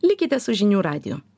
likite su žinių radiju